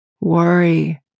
worry